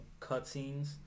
cutscenes